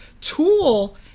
tool